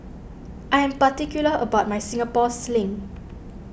I am particular about my Singapore Sling